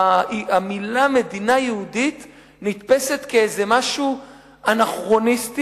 המלים "מדינה יהודית" נתפסות כאיזה משהו אנכרוניסטי,